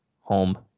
home